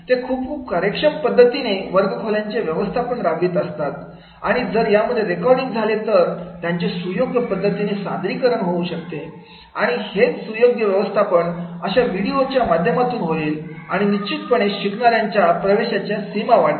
ते खूप खूप कार्यक्षम पद्धतीने वर्गखोल्यांचे व्यवस्थापन राबवीत असतात आणि जर यामध्ये रेकॉर्डिंग झाले तर त्याचे सुयोग्य पद्धतीने सादरीकरण होऊ शकते आणि हेच सुयोग्य व्यवस्थापन अशा व्हिडिओच्या माध्यमातून होईल आणि निश्चितपणे शिकणाऱ्यां च्या प्रवेशाच्या सीमा वाढतील